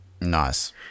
Nice